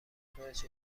اشتباهات